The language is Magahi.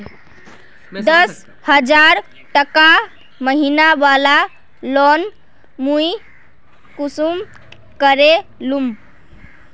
दस हजार टका महीना बला लोन मुई कुंसम करे लूम?